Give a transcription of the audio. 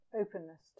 openness